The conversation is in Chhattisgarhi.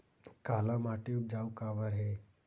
काला माटी उपजाऊ काबर हे?